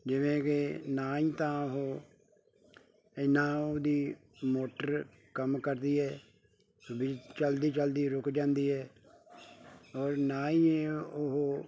ਜਿਵੇਂ ਕਿ ਨਾ ਹੀ ਤਾਂ ਉਹ ਇੰਨਾ ਉਹਦੀ ਮੋਟਰ ਕੰਮ ਕਰਦੀ ਹੈ ਵੀ ਚਲਦੀ ਚਲਦੀ ਰੁਕ ਜਾਂਦੀ ਹੈ ਔਰ ਨਾ ਹੀ ਉਹ